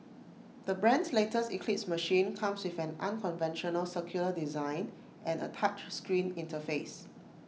the brand's latest eclipse machine comes with an unconventional circular design and A touch screen interface